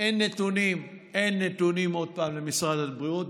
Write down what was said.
אין נתונים, אין נתונים עוד פעם למשרד הבריאות.